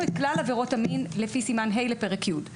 את כלל עבירות המין לפי סימן ה' לפרק י'.